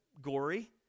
gory